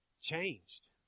changed